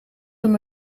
hem